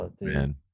man